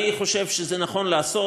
אני חושב שזה נכון לעשות.